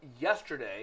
Yesterday